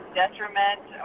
detriment